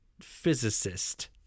physicist